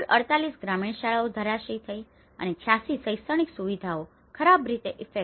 કુલ 48 ગ્રામીણ શાળાઓ ધરાશાયી થઈ અને 86 શૈક્ષણિક સુવિધાઓ ખરાબ રીતે અફેક્ટ affect અસરગ્રસ્ત થઈ